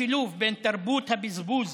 השילוב בין תרבות הבזבוז